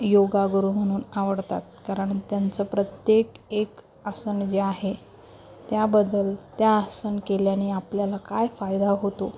योगागुरू म्हणून आवडतात कारण त्यांचं प्रत्येक एक आसन जे आहे त्याबदल त्या आसन केल्याने आपल्याला काय फायदा होतो